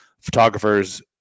photographers